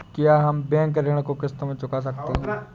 क्या हम बैंक ऋण को किश्तों में चुका सकते हैं?